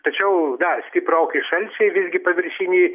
tačiau na stiproki šalčiai visgi paviršiniai